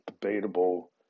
debatable